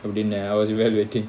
அப்டினேன்:apdinen I was evaluating